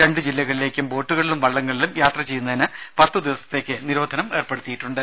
രണ്ടു ജില്ലകളിലേക്കും ബോട്ടുകളിലും വള്ളങ്ങളിലും യാത്ര ചെയ്യുന്നതിന് പത്തു ദിവസത്തേക്ക് നിരോധനം ഏർപ്പെടുത്തിയിട്ടുണ്ട്